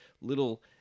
little